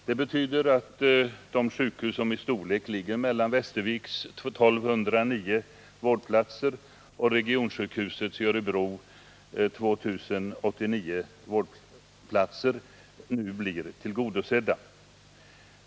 Det betyder att de sjukhus som i storlek ligger mellan Västerviks 1209 Nr 149 vårdplatser och regionsjukhusets i Örebro 2089 vårdplatser nu blir Onsdagen den tillgodosedda.